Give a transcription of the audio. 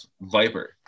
Viper